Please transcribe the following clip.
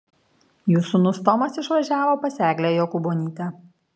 jų sūnus tomas išvažiavo pas eglę jokūbonytę